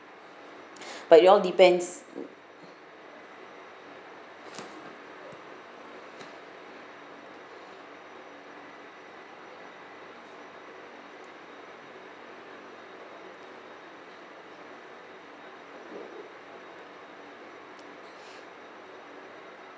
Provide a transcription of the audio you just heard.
but it all depends